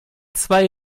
zwei